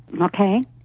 okay